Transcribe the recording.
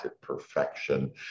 perfection